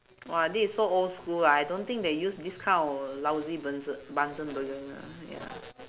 !wah! this is so old school ah I don't think they use this kind of lousy bunse~ bunsen burner uh ya